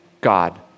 God